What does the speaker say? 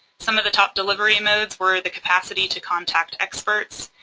some of the top delivery modes were the capacity to contact experts,